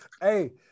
Hey